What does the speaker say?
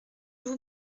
vous